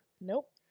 Nope